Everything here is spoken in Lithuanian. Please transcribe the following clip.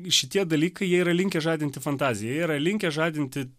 šitie dalykai jie yra linkę žadinti fantaziją jie yra linkę žadinti